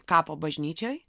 kapo bažnyčioj